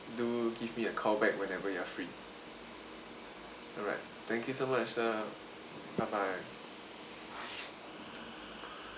do give me a call back whenever you are free alright thank you so much sir bye bye